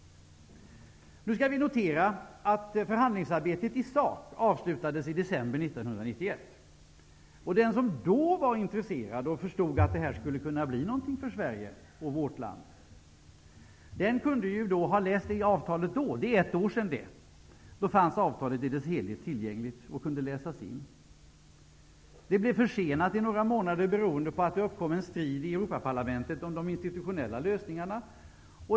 Nu skall vi notera att förhandlingsarbetet i sak avslutades i december 1991. Den som då var intresserad och förstod att det här skulle kunna bli någonting för vårt land, kunde ju då ha läst i avtalet. Då, för ett år sedan, fanns avtalet i sin helhet tillgängligt och kunde läsas in. Det blev försenat några månader beroende på att det uppkom en strid i Europaparlamentet om de institutionella lösningarna.